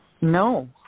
No